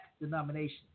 denomination